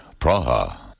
Praha